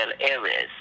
areas